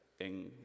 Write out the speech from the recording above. en